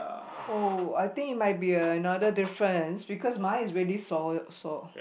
oh I think might be another difference because mine is already sold sold